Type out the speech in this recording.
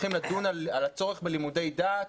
הולכים לדון על הצורך בלימודי דת.